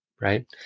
right